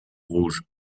rouge